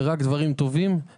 אופטימיות ורק דברים טובים.